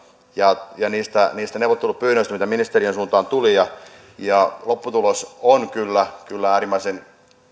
ja ja niistä niistä neuvottelupyynnöistä mitä ministeriön suuntaan tuli lopputulos on kyllä kyllä